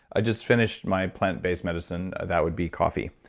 i just finished my plantbased medicine, that would be coffee,